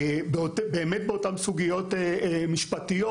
באותן סוגיות משפטיות,